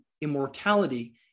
immortality